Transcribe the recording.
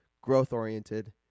growth-oriented